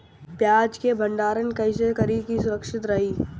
प्याज के भंडारण कइसे करी की सुरक्षित रही?